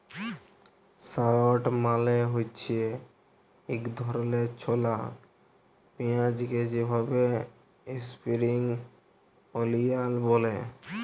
shallot মালে হছে ইক ধরলের ছলা পিয়াঁইজ যেটাকে ইস্প্রিং অলিয়াল ব্যলে